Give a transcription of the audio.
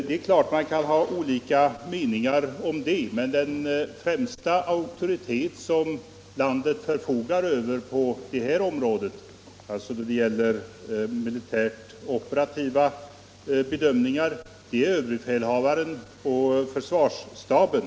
Det är klart att man kan ha olika mening om det, men den främsta auktoritet som landet förfogar över på detta område — alltså när det gäller militärt operativa bedömningar — är överbefälhavaren och försvarsstaben.